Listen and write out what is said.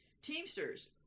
Teamsters